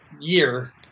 year